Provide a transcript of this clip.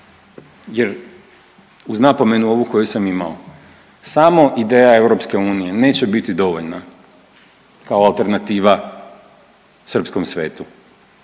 Jer uz napomenu ovu koju sam imao samo ideja EU neće biti dovoljna kao alternativa srpskom svetu,